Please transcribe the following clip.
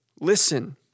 listen